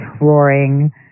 roaring